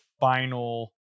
final